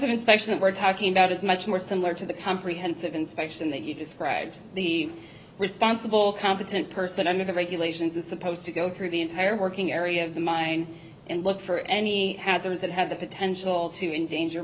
specially that we're talking about is much more similar to the comprehensive inspection that you described the responsible competent person under the regulations is supposed to go through the entire working area of the mine and look for any hazards that have the potential to endanger